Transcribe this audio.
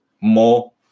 more